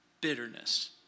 Bitterness